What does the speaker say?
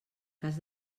cas